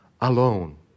alone